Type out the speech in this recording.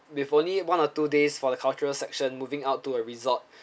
with only one or two days for the cultural section moving out to a resort